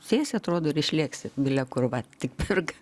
sėsi atrodo ir išlėksi bile kur vat tik pirk